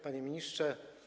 Panie Ministrze!